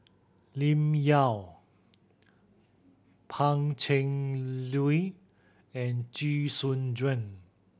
Lim Yau Pang Cheng Lui and Jee Soon Juan